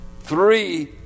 Three